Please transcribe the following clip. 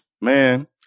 Man